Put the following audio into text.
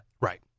Right